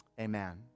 Amen